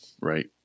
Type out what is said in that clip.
right